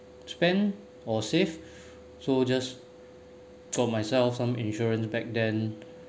spend or save so just for myself some insurance back then